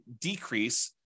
decrease